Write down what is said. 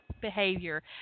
behavior